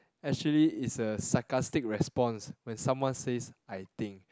actually is a sarcastic response when someone says I think